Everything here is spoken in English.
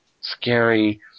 scary